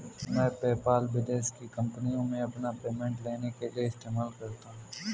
मैं पेपाल विदेश की कंपनीयों से अपना पेमेंट लेने के लिए इस्तेमाल करता हूँ